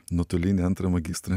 nuotolinį antrą magistrą